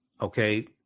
okay